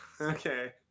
Okay